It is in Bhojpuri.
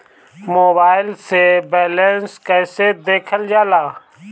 मोबाइल से बैलेंस कइसे देखल जाला?